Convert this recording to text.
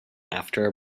after